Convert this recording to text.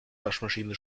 waschmaschine